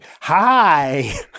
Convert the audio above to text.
hi